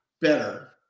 better